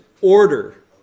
order